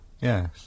Yes